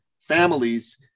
families